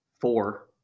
four